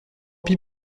pis